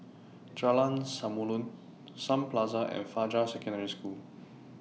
Jalan Samulun Sun Plaza and Fajar Secondary School